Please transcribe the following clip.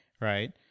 Right